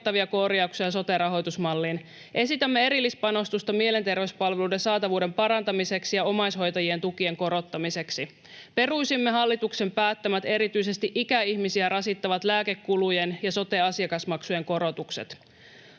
korjauksia sote-rahoitusmalliin. Esitämme erillispanostusta mielenterveyspalveluiden saatavuuden parantamiseksi ja omaishoitajien tukien korottamiseksi. Peruisimme hallituksen päättämät, erityisesti ikäihmisiä rasittavat lääkekulujen ja sote-asiakasmaksujen korotukset.